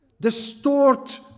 distort